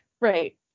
right